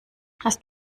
hast